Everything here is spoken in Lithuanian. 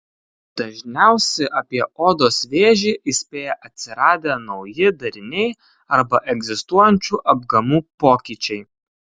dažniausi apie odos vėžį įspėja atsiradę nauji dariniai arba egzistuojančių apgamų pokyčiai